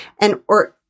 and/or